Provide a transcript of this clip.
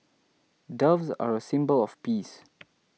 doves are a symbol of peace